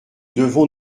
devons